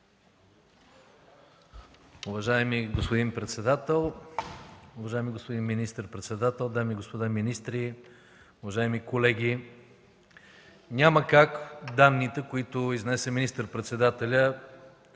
Уважаеми господин председател, уважаеми господин министър-председател, дами и господа министри, уважаеми колеги! Няма как данните, които изнесе министър-председателят,